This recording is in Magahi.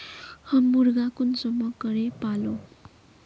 हम मुर्गा कुंसम करे पालव?